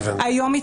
היום,